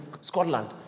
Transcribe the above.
Scotland